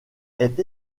est